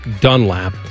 dunlap